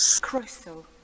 Crystal